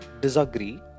disagree